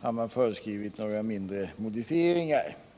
har man föreskrivit några mindre modifieringar.